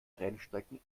rennstrecken